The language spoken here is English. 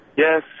Yes